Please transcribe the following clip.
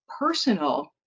personal